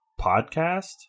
podcast